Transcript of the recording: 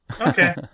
okay